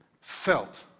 felt